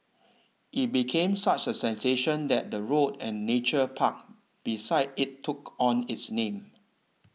it became such a sensation that the road and nature park beside it took on its name